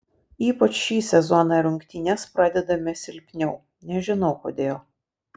ypač šį sezoną rungtynes pradedame silpniau nežinau kodėl